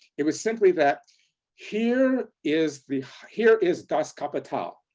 it was simply that here is the here is das kapital,